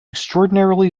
extraordinarily